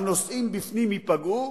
הנוסעים בפנים ייפגעו,